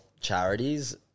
charities